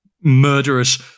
murderous